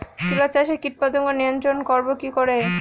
তুলা চাষে কীটপতঙ্গ নিয়ন্ত্রণর করব কি করে?